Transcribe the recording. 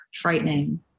frightening